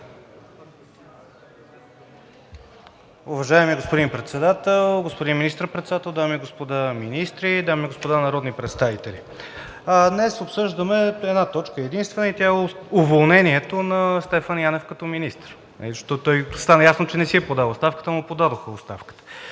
Уважаеми господин Председател, господин Министър-председател, дами и господа министри, дами и господа народни представители! Днес обсъждаме една точка и единствена – и тя е уволнението на Стефан Янев като министър, защото стана ясно, че той не си е подал оставката, а му подадоха оставката.